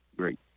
great